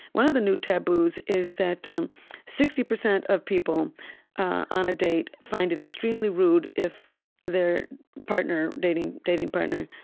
one of the new taboos is that um sixty percent of people on a date find it extremely rude if their partner, dating dating partner,